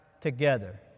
together